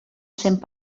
cent